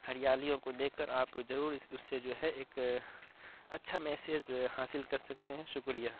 ہریالی کو دیکھ کر آپ ضرور اس اس سے جو ہے ایک اچھا میسز حاصل کر سکتے ہیں شکریہ